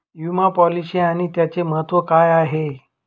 विमा पॉलिसी आणि त्याचे महत्व काय आहे?